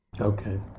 Okay